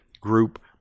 group